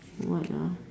what ah